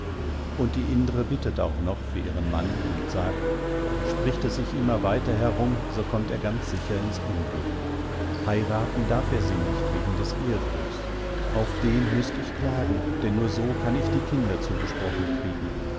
und die indre bittet auch noch für ihren mann und sagt spricht es sich immer weiter herum so kommt er ganz sicher ins unglück heiraten darf er sie nicht wegen des ehebruchs auf den müßt ich klagen denn nur so kann ich die kinder zugesprochen kriegen